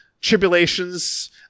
tribulations